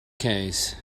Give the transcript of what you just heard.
case